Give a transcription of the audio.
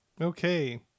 Okay